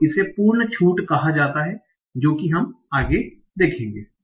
तो इसे पूर्ण छूट कहा जाता है जो कि हम आगे देखेंगे